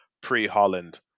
pre-Holland